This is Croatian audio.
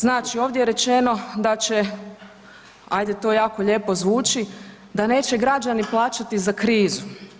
Znači ovdje je rečeno da će, ajde to jako lijepo zvuči, da neće građani plaćati za krizu.